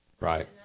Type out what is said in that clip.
Right